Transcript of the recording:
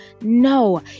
No